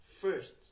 first